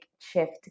shift